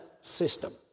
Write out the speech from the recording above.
system